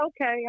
okay